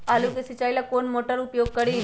आलू के सिंचाई ला कौन मोटर उपयोग करी?